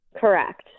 Correct